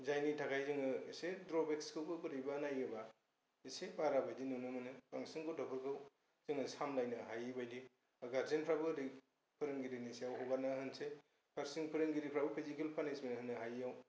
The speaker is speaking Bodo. जायनि थाखाय जोङो एसे ड्र'बेक्सखौबो बोरैबा नायोबा एसे बारा बायदि नुनो मोनो बांसिन गथ'फोरखौ जोङो सामब्लायनो हायै बायदि गार्जेनफ्राबो ओरै फोरोंगिरिनि सायाव हगारनानै होनोसै फारसेजों फोरोंगिरिफ्राबो फिजिकेल पानिसमेन्ट होनो हायैयाव